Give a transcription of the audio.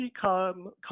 come